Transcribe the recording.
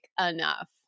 enough